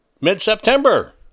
mid-September